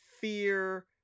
Fear